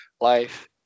life